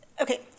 okay